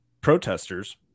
protesters